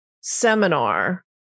seminar